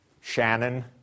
Shannon